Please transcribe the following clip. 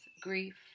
grief